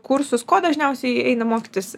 kursus ko dažniausiai eina mokytis